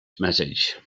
message